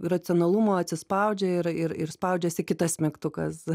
racionalumo atsispaudžia ir ir spaudžiasi kitas mygtukas